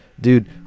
dude